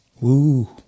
woo